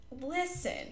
Listen